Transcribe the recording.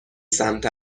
سمت